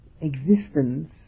existence